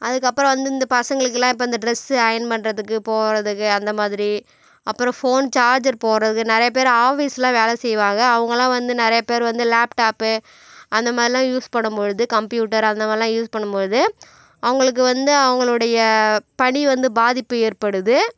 அதுக்கப்புறம் வந்து இந்த பசங்களுக்கெல்லாம் இப்போ இந்த ட்ரெஸ்ஸு அயன் பண்ணுறதுக்கு போகிறதுக்கு அந்த மாதிரி அப்புறம் ஃபோன் சார்ஜர் போடுறக்கு நிறையா பேர் ஆஃபீஸ்சில் வேலை செய்வாங்க அவங்களாம் வந்து நிறையா பேர் வந்து லேப்டாப்பு அந்தமாதிரிலாம் யூஸ் பண்ணும்பொழுது கம்ப்யூட்டர் அந்தமாதிரிலாம் யூஸ் பண்ணும்போது அவர்களுக்கு வந்து அவர்களுடைய பணி வந்து பாதிப்பு ஏற்படுது